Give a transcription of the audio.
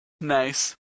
Nice